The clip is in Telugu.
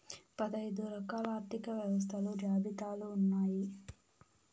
పదైదు రకాల ఆర్థిక వ్యవస్థలు జాబితాలు ఉన్నాయి